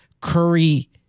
Curry